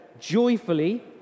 joyfully